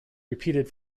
repeated